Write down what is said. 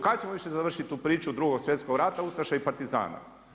Kad ćemo više završiti tu priču Drugog svjetskog rata, ustaša i partizana?